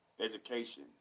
education